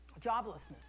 Joblessness